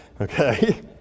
okay